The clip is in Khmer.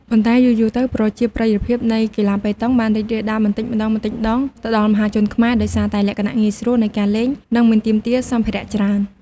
ប៉ុន្តែយូរៗទៅ ប្រជាប្រិយភាពនៃកីឡាប៉េតង់បានរីករាលដាលបន្តិចម្តងៗទៅដល់មហាជនខ្មែរ ដោយសារតែលក្ខណៈងាយស្រួលនៃការលេង និងមិនទាមទារសម្ភារៈច្រើន។